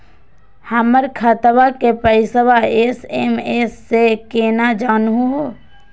हमर खतवा के पैसवा एस.एम.एस स केना जानहु हो?